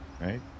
right